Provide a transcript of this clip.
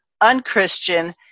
unchristian